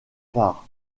part